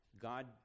God